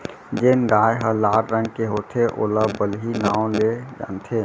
जेन गाय ह लाल रंग के होथे ओला बलही नांव ले जानथें